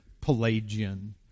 Pelagian